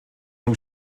nhw